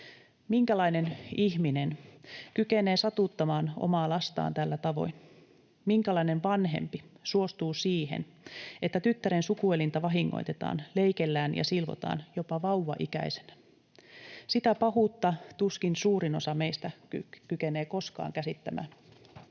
Minkälainen ihminen kykenee satuttamaan omaa lastaan tällä tavoin? Minkälainen vanhempi suostuu siihen, että tyttären sukuelintä vahingoitetaan, leikellään ja silvotaan jopa vauvaikäisenä? Sitä pahuutta tuskin suurin osa meistä kykenee koskaan käsittämään.